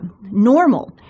normal